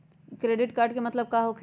Credit card के मतलब का होकेला?